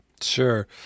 Sure